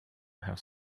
have